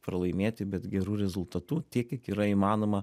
pralaimėti bet geru rezultatu tiek kiek yra įmanoma